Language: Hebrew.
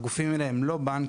הגופים האלה הם לא בנקים,